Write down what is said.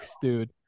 dude